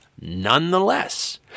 nonetheless